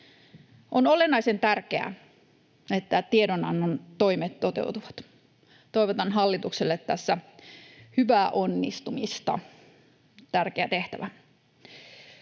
On olennaisen tärkeää, että tiedonannon toimet toteutuvat. Toivotan hallitukselle tässä hyvää onnistumista — tärkeä tehtävä.